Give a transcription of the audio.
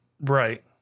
Right